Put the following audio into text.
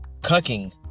cucking